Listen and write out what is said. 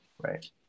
right